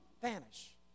vanish